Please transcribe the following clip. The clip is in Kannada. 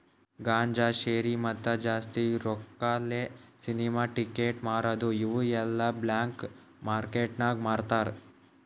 ಗಾಂಜಾ, ಶೇರಿ, ಮತ್ತ ಜಾಸ್ತಿ ರೊಕ್ಕಾಲೆ ಸಿನಿಮಾ ಟಿಕೆಟ್ ಮಾರದು ಇವು ಎಲ್ಲಾ ಬ್ಲ್ಯಾಕ್ ಮಾರ್ಕೇಟ್ ನಾಗ್ ಮಾರ್ತಾರ್